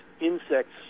insects